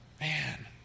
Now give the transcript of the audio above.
man